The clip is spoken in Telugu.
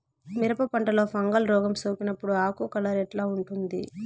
మిరప పంటలో ఫంగల్ రోగం సోకినప్పుడు ఆకు కలర్ ఎట్లా ఉంటుంది?